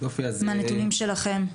מהנתונים שלכם?